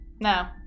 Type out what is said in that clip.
No